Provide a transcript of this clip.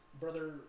Brother